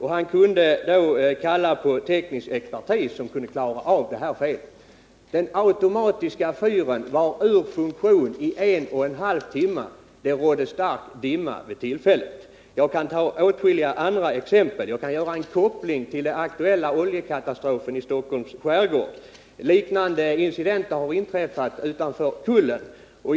Han kallade på teknisk expertis som kunde klara av felet. Den automatiska fyren var ur funktion i en och halv timme. Det rådde stark dimma vid tillfället. Jag kan anföra åtskilliga andra exempel. Jag kan göra en koppling till den aktuella oljekatastrofen i Stockholms skärgård. Incidenter har inträffat utanför Kullen.